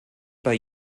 bei